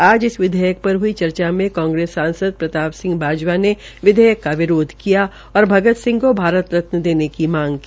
आज इस विधेयक पर हई चर्चा में कांग्रेस सांसद प्रताप सिंह बाजवा ने विधेयक का विरोध किया और भगत सिंह को भारत रतन देने की मांग की